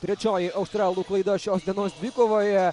trečioji australų klaida šios dienos dvikovoje